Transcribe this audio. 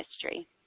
history